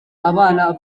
abana